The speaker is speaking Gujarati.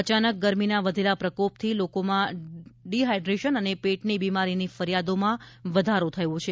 અચાનક ગરમીના વધેલા પ્રકોપથી લોકોમાં ડી હાઇડ્રેશન અને પેટની બીમારીની ફરિયાદોમાં વધારો થયો છે